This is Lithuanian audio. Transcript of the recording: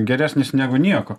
geresnis negu nieko